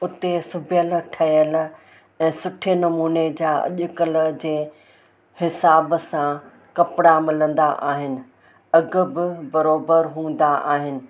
उते सुबिहियल ठहियल सुठे नमूने जा अॼु कल्ह जे हिसाबु सां कपिड़ा मिलंदा आहिनि अघ बि बरोबरु हूंदा आहिनि